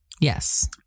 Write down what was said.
Yes